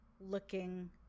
looking